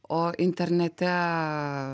o internete